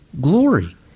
glory